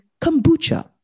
kombucha